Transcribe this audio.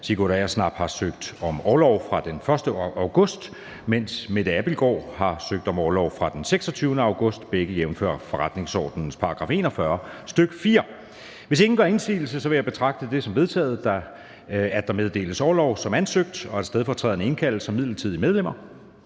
Sigurd Agersnap (SF) har søgt om orlov fra den 1. august 2024, mens Mette Abildgaard (KF) har søgt om orlov fra den 26. august 2024, begge jf. forretningsordenens § 41, stk. 4. Hvis ingen gør indsigelse, vil jeg betragte det som vedtaget, at der meddeles orlov som ansøgt, og at stedfortræderne indkaldes som midlertidige medlemmer.